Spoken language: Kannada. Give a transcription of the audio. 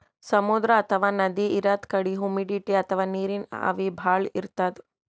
ಸಮುದ್ರ ಅಥವಾ ನದಿ ಇರದ್ ಕಡಿ ಹುಮಿಡಿಟಿ ಅಥವಾ ನೀರಿನ್ ಆವಿ ಭಾಳ್ ಇರ್ತದ್